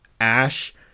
Ash